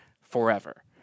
forever